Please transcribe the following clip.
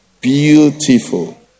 beautiful